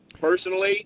Personally